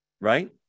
right